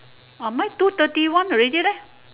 orh mine two thirty one already leh